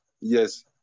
Yes